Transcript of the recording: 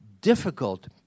difficult